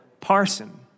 parson